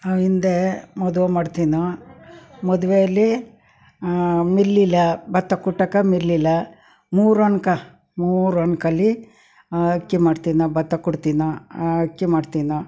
ಹಿಂದೆ ಮದುವೆ ಮಾಡ್ತೀವಿ ನಾವು ಮದುವೆಯಲ್ಲಿ ಮಿಲ್ಲಿಲ್ಲ ಭತ್ತ ಕುಟ್ಟೋಕ್ಕೆ ಮಿಲ್ಲಿಲ್ಲ ಮೂರು ಒನಕೆ ಮೂರು ಒನಕೆಲಿ ಅಕ್ಕಿ ಮಾಡ್ತೀವಿ ನಾವು ಭತ್ತ ಕುಟ್ತೀವಿ ನಾವು ಅಕ್ಕಿ ಮಾಡ್ತೀವಿ ನಾವು